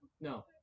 No